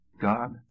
God